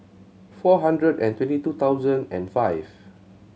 four hundred and twenty two thousand and five